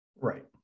Right